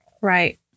Right